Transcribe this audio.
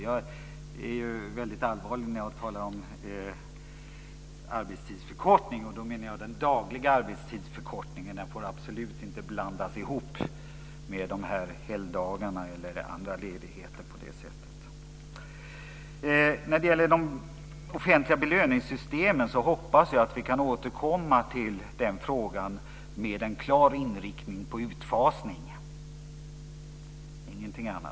Jag är väldigt allvarlig när jag talar om arbetstidsförkortning. Då menar jag den dagliga arbetstidsförkortningen. Den får absolut inte blandas ihop med helgdagarna eller andra ledigheter på det sättet. När det gäller de offentliga belöningssystemen hoppas jag att vi kan återkomma till den frågan med en klar inriktning på utfasning, ingenting annat.